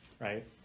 right